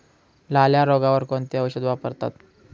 लाल्या रोगावर कोणते औषध वापरतात?